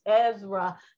Ezra